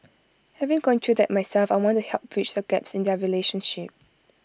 having gone through that myself I want to help bridge the gaps in their relationship